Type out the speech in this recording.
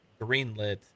greenlit